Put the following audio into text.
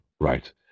right